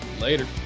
Later